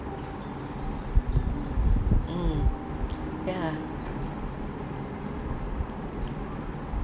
mm ya